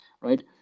right